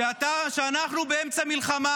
כשאנחנו באמצע מלחמה,